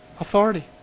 authority